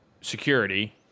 security